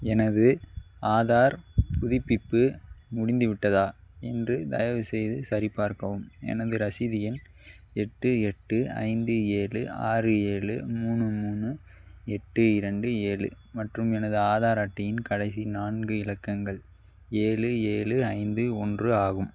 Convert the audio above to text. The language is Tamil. எனது ஆதார் புதுப்பிப்பு முடிந்துவிட்டதா என்று தயவுசெய்து சரிபார்க்கவும் எனது ரசீது எண் எட்டு எட்டு ஐந்து ஏழு ஆறு ஏழு மூணு மூணு எட்டு இரண்டு ஏழு மற்றும் எனது ஆதார் அட்டையின் கடைசி நான்கு இலக்கங்கள் ஏழு ஏழு ஐந்து ஒன்று ஆகும்